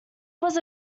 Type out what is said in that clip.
was